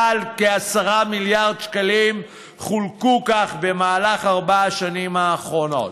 מעל כ-10 מיליארד שקלים חולקו כך במהלך ארבע השנים האחרונות.